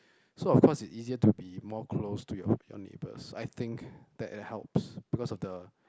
so of course it's easier to be more close to your your neighbours I think that it helps because of the